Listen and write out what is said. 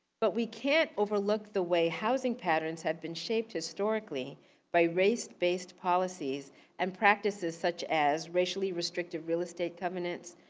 but we can't overlook the way housing patterns had been shaped historically by race based policies and practices such as racially restrictive real estate convenance.